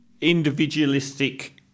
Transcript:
individualistic